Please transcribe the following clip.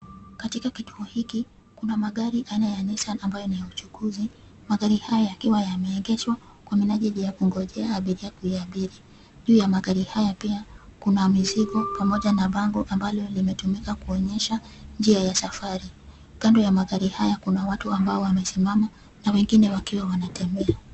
Katika kituo hiki, kuna magari aina ya nissan ambayo ni ya uchukuzi . Magari haya yakiwa yameegeshwa kwa minajili ya kungojea abiria kuyaabiri. Juu ya magari haya pia, kuna mizigo pamoja na bango ambalo limetumika kuonyesha njia ya safari. Kando ya magari haya kuna watu ambao wamesimama na wengine wakiwa wanatembea.